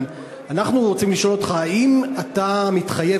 אנחנו רוצים לשאול אותך אם אתה מתחייב,